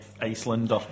Iceland